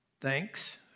Thanks